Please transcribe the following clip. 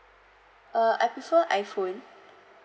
uh I prefer iphone